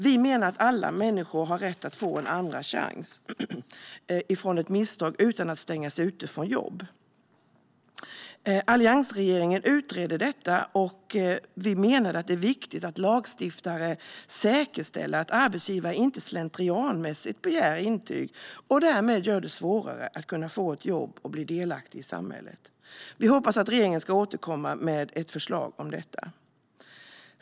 Vi menar att alla människor har rätt att få en andra chans efter ett misstag och att inte stängas ute från jobb. Alliansregeringen utredde detta, och vi menade att det är viktigt att lagstiftare säkerställer att arbetsgivare inte slentrianmässigt begär intyg och därmed gör det svårare att få ett jobb och bli delaktig i samhället. Vi hoppas att regeringen återkommer med ett förslag om detta.